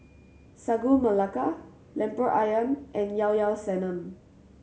Sagu Melaka Lemper Ayam and Llao Llao Sanum